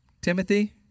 Timothy